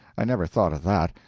i never thought of that.